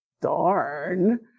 darn